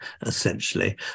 essentially